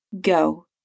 Go